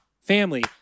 Family